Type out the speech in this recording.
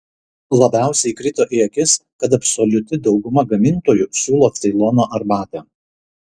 labiausiai krito į akis kad absoliuti dauguma gamintojų siūlo ceilono arbatą